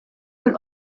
fil